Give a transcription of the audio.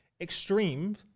Extreme